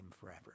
forever